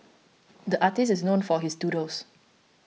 the artist is known for his doodles